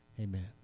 Amen